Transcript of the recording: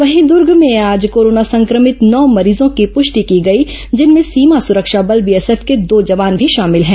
वहीं दूर्ग में आज कोरोना संक्रमित नौ मरीजों की प्रष्टि की गई है जिनमें सीमा सुरक्षा बल बीएसएफ को दो जवान भी शामिल है